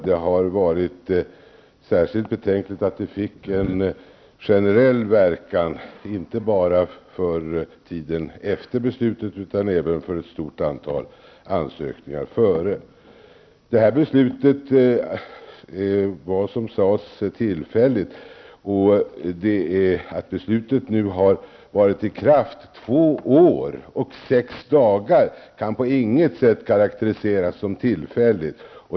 Det har varit särskilt betänkligt att det fick en generell verkan inte bara för tiden efter beslutet utan även för ett stort antal ansökningar före beslutet. Det här beslutet skulle vara, som sades, tillfälligt. Men beslutet, som nu har varit i kraft i två år och sex dagar, kan på intet sätt karakteriseras som tillfälligt.